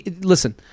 Listen